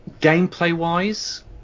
Gameplay-wise